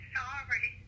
sorry